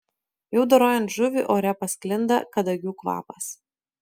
jau dorojant žuvį ore pasklinda kadagių kvapas